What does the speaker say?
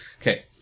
Okay